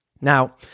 Now